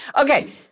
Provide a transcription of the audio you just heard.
Okay